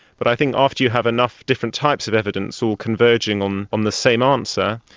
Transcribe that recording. but i think after you have enough different types of evidence all converging on on the same answer,